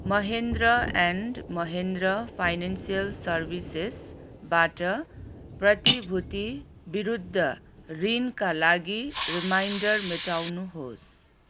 Mahindra and Mahindra financial सर्भिसेजबाट प्रतिभूति विरुद्ध ऋणका लागि रिमाइन्डर मेटाउनुहोस्